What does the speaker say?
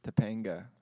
Topanga